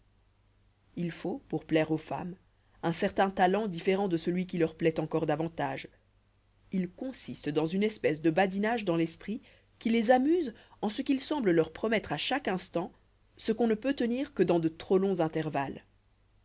il faut pour plaire aux femmes un certain talent différent de celui qui leur plaît encore davantage il consiste dans une espèce de badinage dans l'esprit qui les amuse en ce qu'il semble leur promettre à chaque instant ce qu'on ne peut tenir que dans de trop longs intervalles